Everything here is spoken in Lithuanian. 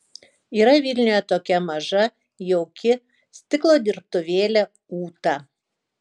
yra vilniuje tokia maža jauki stiklo dirbtuvėlė ūta